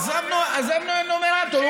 עזבנו את הנורמטור.